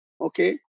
okay